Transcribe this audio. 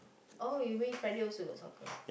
oh you mean for real we got socker